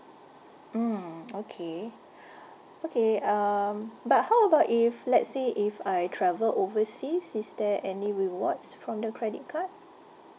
mm okay okay um but how about if let's say if I travel overseas is there any rewards from the credit card